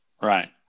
Right